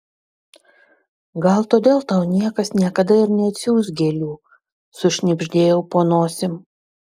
gal todėl tau niekas niekada ir neatsiųs gėlių sušnibždėjau po nosim